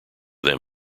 them